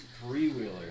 three-wheeler